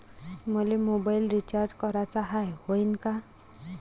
मले mobile recharge कराचा हाय, होईनं का?